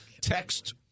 text